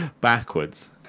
Backwards